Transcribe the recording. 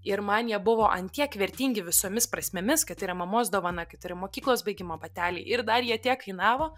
ir man jie buvo ant tiek vertingi visomis prasmėmis kad tai yra mamos dovana kad tai yra mokyklos baigimo bateliai ir dar jie tiek kainavo